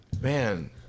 man